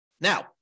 Now